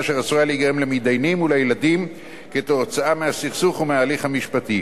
אשר עשויה להיגרם למתדיינים ולילדיהם כתוצאה מהסכסוך ומההליך המשפטי.